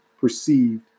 perceived